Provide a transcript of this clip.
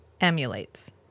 emulates